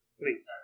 please